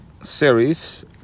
series